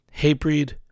Hatebreed